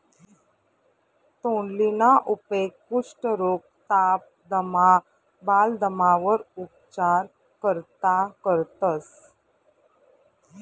तोंडलीना उपेग कुष्ठरोग, ताप, दमा, बालदमावर उपचार करता करतंस